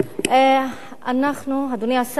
אדוני השר,